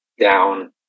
down